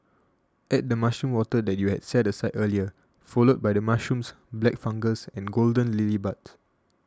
add the mushroom water that you had set aside earlier followed by the mushrooms black fungus and golden lily buds